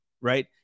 right